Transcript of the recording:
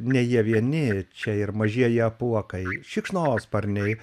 ne jie vieni čia ir mažieji apuokai šikšnosparniai